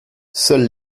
seules